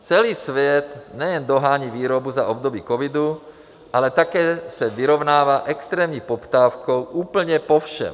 Celý svět nejen dohání výrobu za období covidu, ale také se vyrovnává s extrémní poptávkou úplně po všem.